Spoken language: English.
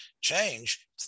change